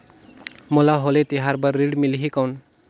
मोला होली तिहार बार ऋण मिलही कौन?